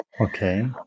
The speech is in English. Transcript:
Okay